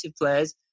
players